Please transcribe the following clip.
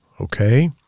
Okay